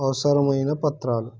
అవసరమైన పత్రాలు